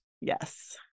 Yes